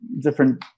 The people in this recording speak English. different